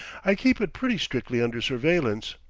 i keep it pretty strictly under surveillance.